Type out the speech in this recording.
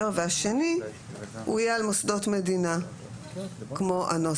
והשני הוא יהיה על מוסדות מדינה כמו הנוסח,